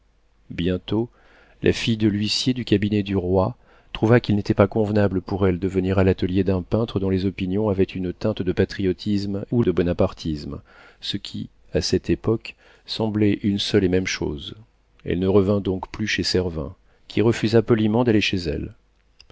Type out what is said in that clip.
bientôt la fille de l'huissier du cabinet du roi trouva qu'il n'était pas convenable pour elle de venir à l'atelier d'un peintre dont les opinions avaient une teinte de patriotisme ou de bonapartisme ce qui à cette époque semblait une seule et même chose elle ne revint donc plus chez servin qui refusa poliment d'aller chez elle